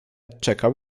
czekał